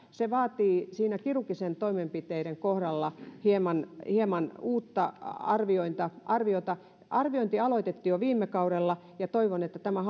se vaatii kirurgisten toimenpiteiden kohdalla hieman hieman uutta arviota arviointi aloitettiin jo viime kaudella ja toivon että tämä